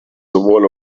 sowohl